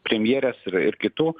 premjerės ir ir kitų